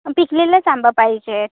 पिकलेलाच आंबा पाहिजे